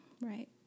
right